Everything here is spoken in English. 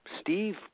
Steve